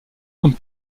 comme